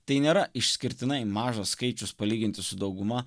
tai nėra išskirtinai mažas skaičius palyginti su dauguma